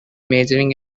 majoring